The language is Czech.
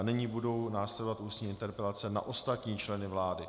Nyní budou následovat ústní interpelace na ostatní členy vlády.